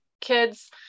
kids